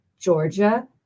Georgia